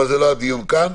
זה לא הדיון כאן.